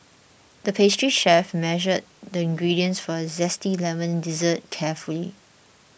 the pastry chef measured the ingredients for a Zesty Lemon Dessert carefully